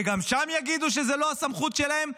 שגם שם יגידו שזו לא הסמכות שלהם.